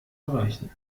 erreichen